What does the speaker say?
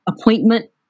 appointment